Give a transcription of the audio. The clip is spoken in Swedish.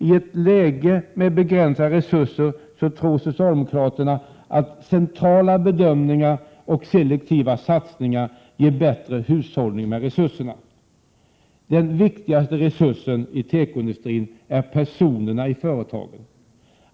I ett läge med begränsade resurser tror socialdemokraterna att centrala bedömningar och selektiva satsningar ger bättre hushållning med resurserna. Den viktigaste resursen i tekoindustrin är personerna i företagen.